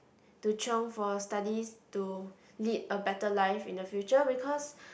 to chiong for studies to lead a better life in the future because